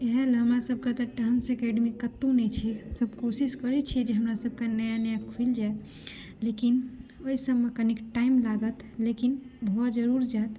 इहए लऽ हमरा सब के डांस अकैडमी कतौ नहि छै सब कोशिश करै छियै जे हमरा सब के नया नया खुलि जाय लेकिन ओहि सब मे कनीक टाइम लागत लेकिन भऽ जरुर जायत